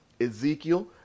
Ezekiel